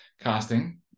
casting